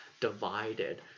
divided